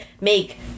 make